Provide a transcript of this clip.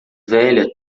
velha